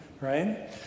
right